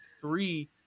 three